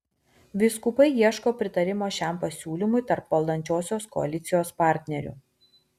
vyskupai ieško pritarimo šiam pasiūlymui tarp valdančiosios koalicijos partnerių